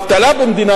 סבטלובה.